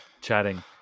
chatting